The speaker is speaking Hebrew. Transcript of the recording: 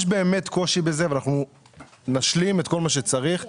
יש באמת קושי בזה, ואנחנו נשלים את כל מה שצריך.